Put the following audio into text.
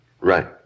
Right